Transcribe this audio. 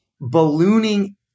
ballooning